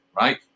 right